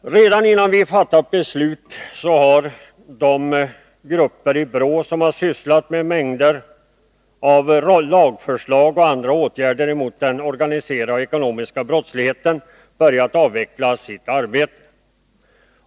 Redan innan vi har fattat beslut har de grupper i BRÅ som sysslat med mängder av lagförslag och andra åtgärder mot den organiserade och ekonomiska brottsligheten börjat avveckla sitt arbete.